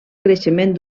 creixement